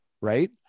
right